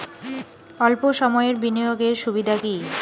অল্প সময়ের বিনিয়োগ এর সুবিধা কি?